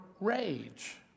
rage